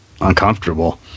uncomfortable